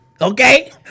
Okay